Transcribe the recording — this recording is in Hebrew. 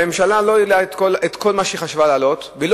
הממשלה לא העלתה את כל מה שהיא חשבה להעלות ולא